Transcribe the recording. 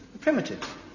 primitive